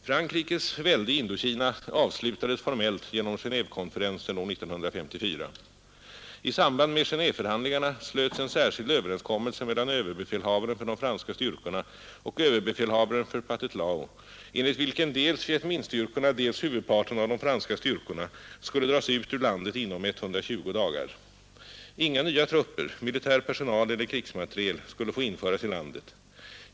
Frankrikes välde i Indokina avslutades formellt genom Genévekonferensen år 1954. I samband med Genéveförhandlingarna slöts en särskild överenskommelse mellan överbefälhavaren för de franska styrkorna och överbefälhavaren för Pathet Lao, enligt vilken dels Vietminh-styrkorna, dels huvudparten av de franska styrkorna skulle dras ut ur landet inom 120 dagar. Inga nya trupper, militär personal eller krigsmateriel skulle få införas i landet.